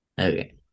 Okay